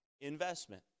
investment